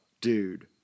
Dude